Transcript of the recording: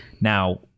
Now